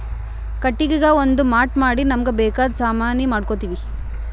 ಕಟ್ಟಿಗಿಗಾ ಒಂದ್ ಮಾಟ್ ಮಾಡಿ ನಮ್ಮ್ಗ್ ಬೇಕಾದ್ ಸಾಮಾನಿ ಮಾಡ್ಕೋತೀವಿ